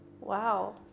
Wow